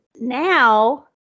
now